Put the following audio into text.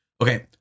okay